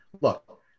look